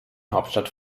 hauptstadt